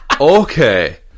okay